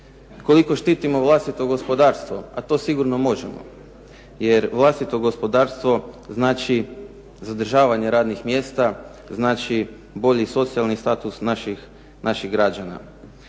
Koliko štitimo vlastito gospodarstvo, a to sigurno možemo, jer vlastito gospodarstvo znači zadržavanje radnih mjesta, znači bolji socijalni status naših građana.